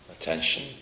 attention